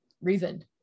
reason